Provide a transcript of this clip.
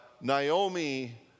Naomi